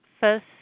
first